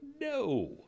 no